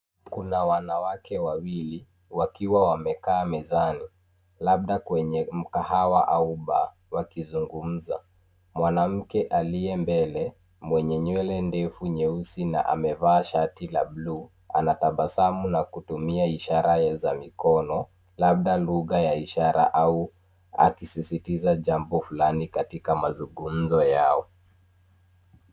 Kuna wanawake wawili wakiwa wamekaa mezani, labda kwenye mkahawa au bar wakizungumza. Mwanamke aliye mbele, mwenye nywele ndefu nyeusi na amevaa shati la bluu anatabasamu na kutumia ishara za mikono, labda lugha ya ishara au akisisitiza jambo fulani katika mazungumzo yao.